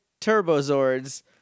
Turbozords